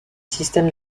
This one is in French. système